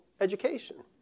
education